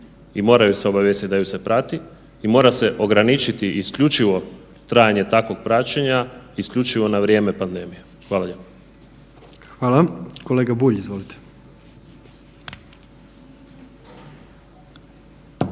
i mora ju se obavijestiti da ju se prati i mora se ograničiti isključivo trajanje takvog praćenja, isključivo na vrijeme pandemije. Hvala lijepo. **Jandroković, Gordan (HDZ)** Hvala.